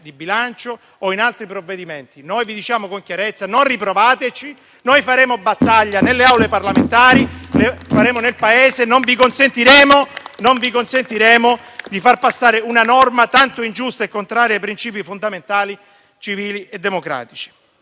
di bilancio o in altri provvedimenti. Noi vi diciamo con chiarezza: non riprovateci. Faremo battaglia nelle Aule parlamentari e nel Paese e non vi consentiremo di far passare una norma tanto ingiusta e contraria ai principi fondamentali civili e democratici.